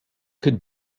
could